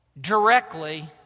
directly